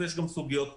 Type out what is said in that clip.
ויש גם סוגיות אתיות,